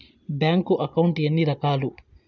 bank account ఎన్ని రకాలు